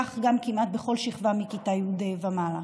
וכך גם כמעט בכל שכבה מכיתה י' ומעלה.